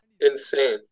insane